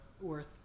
worth